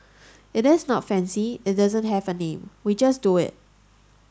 it is not fancy it doesn't have a name we just do it